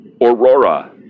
Aurora